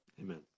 Amen